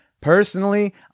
Personally